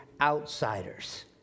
outsiders